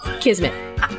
Kismet